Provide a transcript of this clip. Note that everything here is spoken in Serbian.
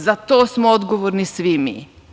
Za to smo odgovorni svi mi.